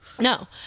No